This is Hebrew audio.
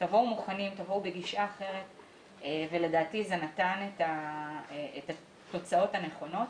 תבואו בגישה אחרת ולדעתי זה נתן את התוצאות הנכונות.